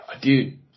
Dude